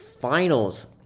finals